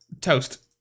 Toast